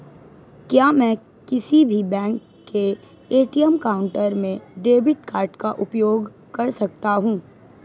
क्या मैं किसी भी बैंक के ए.टी.एम काउंटर में डेबिट कार्ड का उपयोग कर सकता हूं?